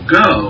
go